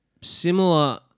Similar